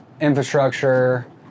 Infrastructure